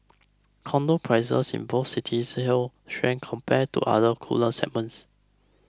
Condo prices in both cities held strength compared to other cooler segments